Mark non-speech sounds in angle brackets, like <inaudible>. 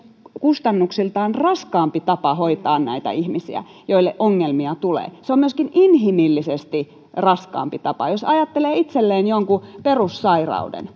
kustannuksiltaan paljon raskaampi tapa hoitaa näitä ihmisiä joille ongelmia tulee se on myöskin inhimillisesti raskaampi tapa jos ajattelee itselleen jonkun perussairauden <unintelligible>